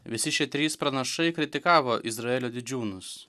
visi šie trys pranašai kritikavo izraelio didžiūnus